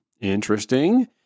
Interesting